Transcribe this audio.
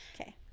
okay